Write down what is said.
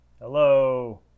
hello